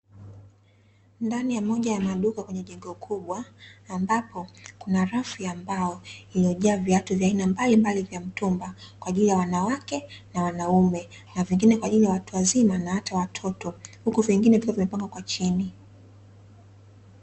Ndani ya moja ya maduka kwenye jengo kubwa ambapo kuna rafu ya mbao iliyojaa viatu vya aina mbalimbali vya mtumba, kwa ajili ya wanawake na wanaume na vingine kwa ajili ya watu wazima na hata watoto huku vingine vikiwa vimepangwa kwa chini.